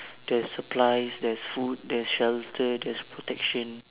there's supplies there's food there's shelter there's protection